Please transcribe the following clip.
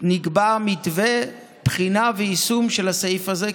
נקבע מתווה לבחינה ויישום של הסעיף הזה,